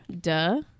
Duh